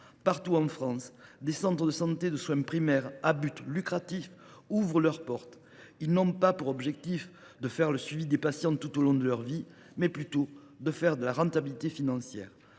Partout en France, des centres de santé de soins primaires à but lucratif ouvrent leurs portes. Ils n’ont pas pour objectif d’assurer le suivi de patients tout au long de leur vie, mais plutôt de faire de la rentabilité financière.